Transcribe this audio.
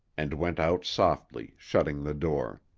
and went out softly, shutting the door.